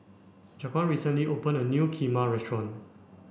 Jaquan recently opened a new Kheema restaurant